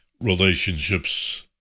relationships